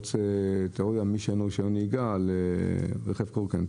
חייב תיאוריה מי שאין לו רישיון נהיגה על רכב קורקינט.